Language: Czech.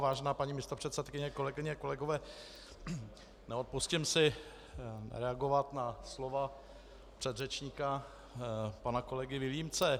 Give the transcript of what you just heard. Vážená paní místopředsedkyně, kolegyně, kolegové, neodpustím si reagovat na slova předřečníka pana kolegy Vilímce.